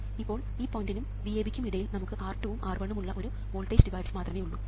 ഇപ്പോൾ ഈ പോയിന്റിനും VAB ക്കും ഇടയിൽ നമുക്ക് R2 ഉം R1 ഉം ഉള്ള ഒരു വോൾട്ടേജ് ഡിവൈഡർ മാത്രമേ ഉള്ളൂ